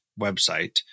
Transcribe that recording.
website –